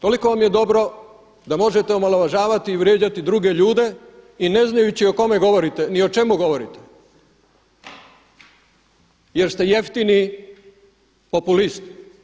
Toliko vam je dobro da možete omalovažavati i vrijeđati druge ljude i ne znajući o kome govorite ni o čemu govorite jer ste jeftini populist.